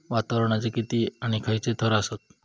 वातावरणाचे किती आणि खैयचे थर आसत?